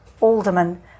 alderman